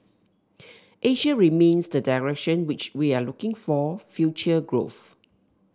Asia remains the direction which we are looking for future growth